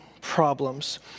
problems